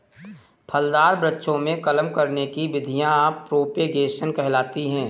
फलदार वृक्षों में कलम करने की विधियां प्रोपेगेशन कहलाती हैं